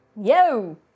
Yo